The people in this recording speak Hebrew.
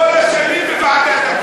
כל השנים בוועדת הפנים,